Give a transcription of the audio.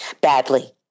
badly